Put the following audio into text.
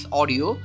audio